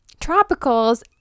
tropicals